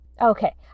Okay